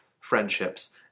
friendships